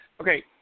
Okay